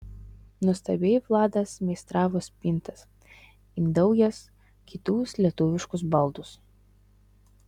nuostabiai vladas meistravo spintas indaujas kitus lietuviškus baldus